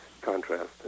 contrast